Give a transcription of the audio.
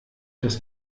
dass